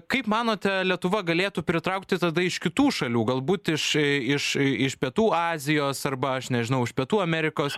kaip manote lietuva galėtų pritraukti tada iš kitų šalių galbūt iš iš iš pietų azijos arba aš nežinau iš pietų amerikos